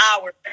hours